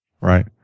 Right